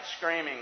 screaming